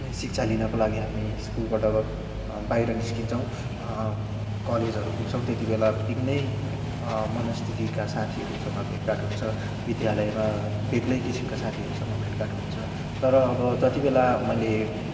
शिक्षा लिनको लागि हामी स्कुलबाट बाहिर निस्किन्छौँ कलेजहरू पुग्छौँ त्यति बेलादेखि नै मनोस्थितिका साथीहरूसँग भेटघाट हुन्छ विद्यालयमा बेग्लै किसिमका साथीहरूसँग भेटघाट हुन्छ तर अब जति बेला मैले